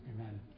Amen